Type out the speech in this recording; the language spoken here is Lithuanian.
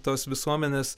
tos visuomenės